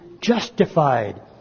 justified